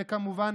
וכמובן,